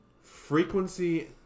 frequency